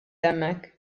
hemmhekk